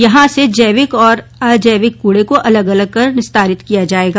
यहां से जैविक ओर अजैविक कूडे को अलग अलग कर निस्तारित किया जाएगा